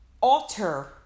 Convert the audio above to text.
alter